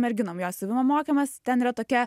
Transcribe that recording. merginom jo siuvimo mokymas ten yra tokia